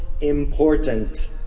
important